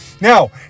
Now